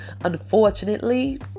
Unfortunately